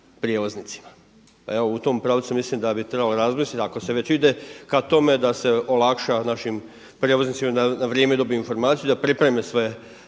prijevoznicima. Pa evo u tom pravcu mislim da bi trebalo razmisliti ako se već ide ka tome da se olakša našim prijevoznicima, da na vrijeme dobiju informaciju, da pripreme sve